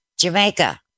Jamaica